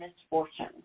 misfortune